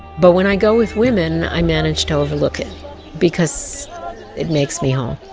but when i go with women, i manage to overlook it because it makes me whole.